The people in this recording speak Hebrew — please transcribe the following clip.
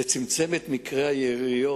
זה צמצם את מקרי היריות